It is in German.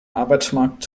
arbeitsmarkt